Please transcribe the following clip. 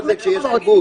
ככה זה כשיש כיבוש.